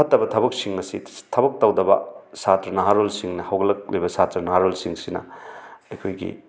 ꯐꯠꯇꯕ ꯊꯕꯛꯁꯤꯡ ꯑꯁꯤ ꯊꯕꯛ ꯇꯧꯗꯕ ꯁꯥꯇ꯭ꯔ ꯅꯍꯥꯔꯣꯜꯁꯤꯡꯅ ꯍꯧꯒꯠꯂꯛꯂꯤꯕ ꯁꯥꯇ꯭ꯔ ꯅꯍꯥꯔꯣꯜꯁꯤꯡꯁꯤꯅ ꯑꯈꯣꯏꯒꯤ